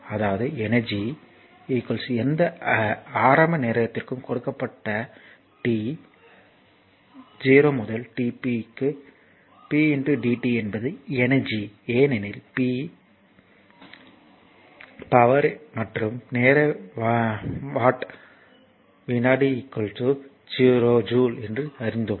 அதாவது எனர்ஜி எந்த ஆரம்ப நேரத்திற்கும் கொடுக்கப்பட்ட t 0 முதல் t p dt என்பது எனர்ஜி ஏனெனில் p பவர் மற்றும் நேர வாட் வினாடி ஜூல் என்று அறிந்தோம்